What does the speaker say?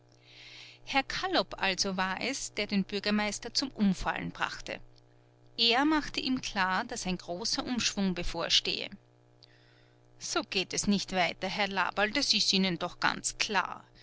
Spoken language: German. herr kallop also war es der den bürgermeister zum umfallen brachte er machte ihm klar daß ein großer umschwung bevorstehe so geht es nicht weiter herr laberl das ist ihnen doch ganz klar